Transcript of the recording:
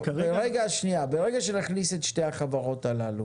ברגע שנכניס את שתי החברות הללו